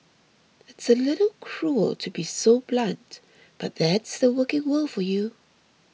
it's a little cruel to be so blunt but that's the working world for you